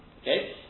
Okay